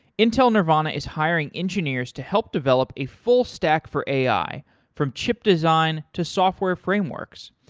intel nervana is hiring engineers to help develop a full stack for ai from chip design to software frameworks.